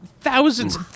Thousands